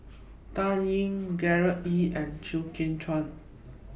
Dan Ying Gerard Ee and Chew Kheng Chuan